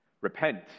Repent